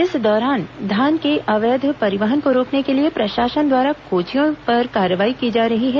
इस दौरान धान के अवैध परिवहन को रोकने के लिए प्रशासन द्वारा कोचियों पर कार्रवाई की जा रही है